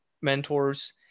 mentors